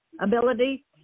ability